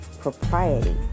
propriety